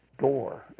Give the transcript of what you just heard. door